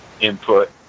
input